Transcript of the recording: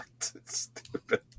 stupid